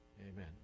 Amen